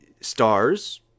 stars